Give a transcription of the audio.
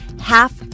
half